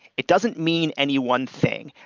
it doesn't mean any one thing.